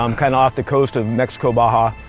um kind of off the coast of mexico, baja.